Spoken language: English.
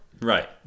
Right